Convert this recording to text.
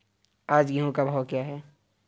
आज गेहूँ का भाव क्या है?